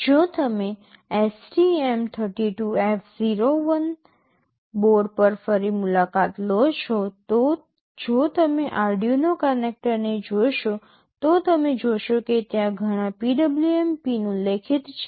જો તમે STM32F401 board પર ફરી મુલાકાત લો છો તો જો તમે Arduino કનેક્ટરને જોશો તો તમે જોશો કે ત્યાં ઘણા PWM પિન ઉલ્લેખિત છે